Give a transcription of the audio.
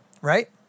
Right